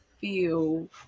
feel